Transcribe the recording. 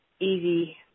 easy